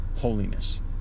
holiness